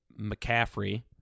McCaffrey